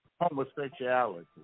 homosexuality